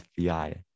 FBI